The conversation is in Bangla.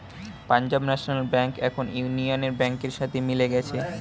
পাঞ্জাব ন্যাশনাল ব্যাঙ্ক এখন ইউনিয়ান ব্যাংকের সাথে মিলে গেছে